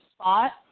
spot